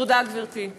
תודה, גברתי.